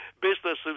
businesses